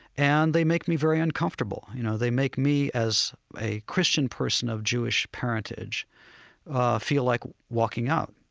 and they make me very uncomfortable. you know, they make me, as a christian person of jewish parentage feel like walking out.